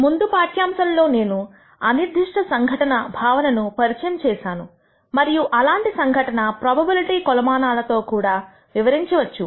ముందు పాఠ్యాంశంలో నేను అనిర్దిష్ట సంఘటనభావనను పరిచయం చేశాను మరియు అలాంటి సంఘటన ప్రోబబిలిటీ కొలమానాలతో కూడా వివరించవచ్చు